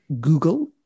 Google